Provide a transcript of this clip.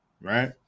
right